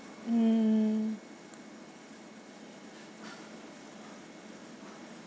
mm